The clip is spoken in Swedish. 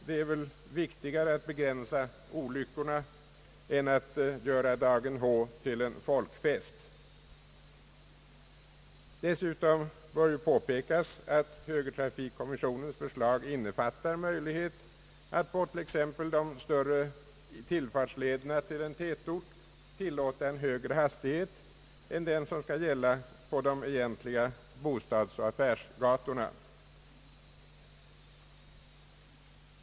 Det är väl dock viktigare att begränsa olyckorna än att göra dagen H till en folkfest. Dessutom bör påpekas att högertrafikkommissionens förslag innefattar möjlighet att på t.ex. de större tillfartslederna till en tätort tillåta en högre hastighet än den som skall gälla på de egentliga bostadsoch affärsgatorna.